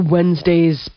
Wednesdays